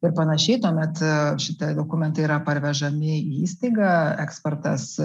ir panašiai tuomet šitie dokumentai yra parvežami į įstaigą ekspertas